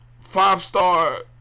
five-star